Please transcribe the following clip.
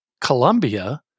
Colombia